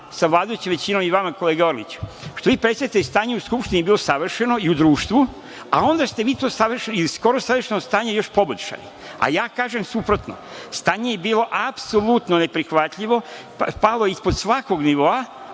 sa vladajućom većinom i vama kolega Orliću, što vi predstavljate stanje u Skupštini da je bilo savršeno i u društvu, a onda ste vi to savršeno ili skoro savršeno stanje još poboljšali, a ja kažem suprotno. Stanje je bilo apsolutno neprihvatljivo, palo ispod svakog nivoa,